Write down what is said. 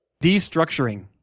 Destructuring